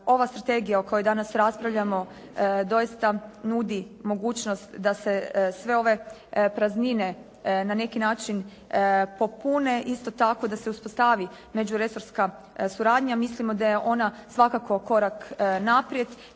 ova strategija o kojoj danas raspravljamo doista nudi mogućnost da se sve ove praznine na neki način popune, isto tako da se uspostavi međuresorska suradnja mislimo da je ona svakako korak naprijed